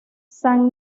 san